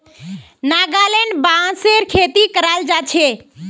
नागालैंडत बांसेर खेती कराल जा छे